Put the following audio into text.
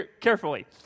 carefully